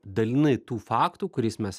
dalinai tų faktų kuriais mes